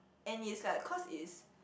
and it's like cause is